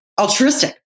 altruistic